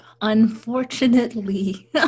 Unfortunately